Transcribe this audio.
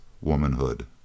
womanhood